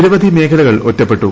നിരവധി മേഖലകൾ ഒറ്റപ്പെട്ടു